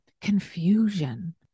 confusion